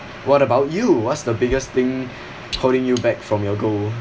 what about you what's the biggest thing holding you back from your goal